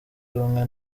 rumwe